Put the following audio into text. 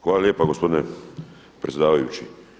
Hvala lijepa gospodine predsjedavajući.